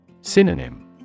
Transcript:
Synonym